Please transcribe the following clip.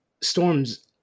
Storm's